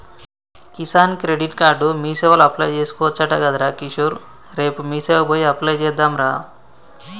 Kisan credit card మీసేవల apply చేసుకోవచ్చట గదరా కిషోర్ రేపు మీసేవకు పోయి అప్లై చెద్దాంరా